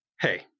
Hey